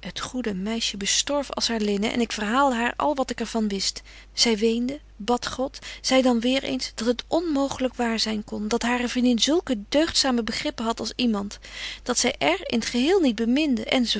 het goede meisje bestorf als haar linnen en ik verhaalde haar al wat ik er van betje wolff en aagje deken historie van mejuffrouw sara burgerhart wist zy weende hadt godt zei dan weêr eens dat het onmoogelyk waar zyn kon dat hare vriendin zulke deugdzame begrippen hadt als iemand dat zy r in t geheel niet beminde enz